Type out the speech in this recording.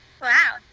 Wow